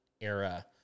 era